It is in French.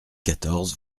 quatorze